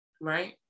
right